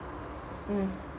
mm